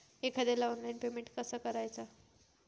एखाद्याला online payment कसा करायचा?